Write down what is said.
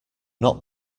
not